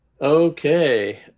Okay